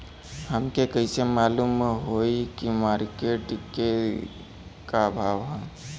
हमके कइसे मालूम होई की मार्केट के का भाव ह?